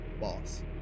boss